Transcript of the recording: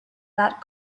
that